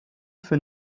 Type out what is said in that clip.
für